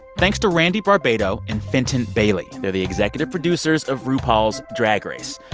thanks to randy barbato and fenton bailey. they're the executive producers of rupaul's drag race.